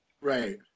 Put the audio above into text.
Right